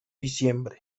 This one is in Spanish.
diciembre